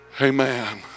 Amen